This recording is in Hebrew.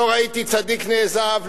לא ראיתי צדיק נעזב,